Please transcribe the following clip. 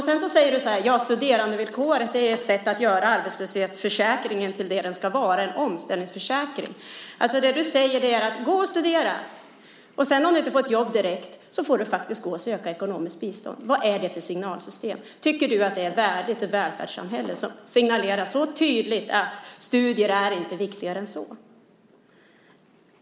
Sedan säger du att studerandevillkoret är ett sätt att göra arbetslöshetsförsäkringen till det som den ska vara, en omställningsförsäkring. Det du säger är alltså: Gå och studera, och om du sedan inte får ett jobb direkt får du faktiskt gå och söka ekonomiskt bistånd. Vad är det för signalsystem? Tycker du att det är värdigt ett välfärdssamhälle att så tydligt signalera att studier inte är viktigare än så?